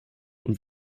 und